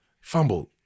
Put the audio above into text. Fumbled